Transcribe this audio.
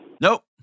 Nope